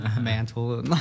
mantle